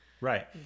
Right